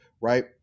right